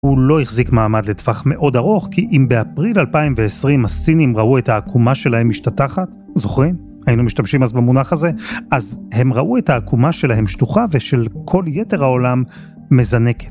הוא לא החזיק מעמד לטווח מאוד ארוך, כי אם באפריל 2020 הסינים ראו את העקומה שלהם משתטחת, זוכרים? היינו משתמשים אז במונח הזה, אז הם ראו את העקומה שלהם שטוחה ושל כל יתר העולם מזנקת.